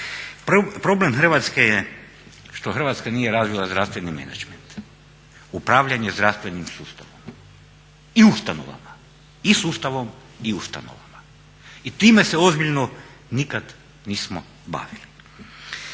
Problem Hrvatske je što Hrvatska nije razvila zdravstveni menadžment, upravljanje zdravstvenim sustavom i ustanovama, i sustavom i ustanovama i time se ozbiljno nikad nismo bavili.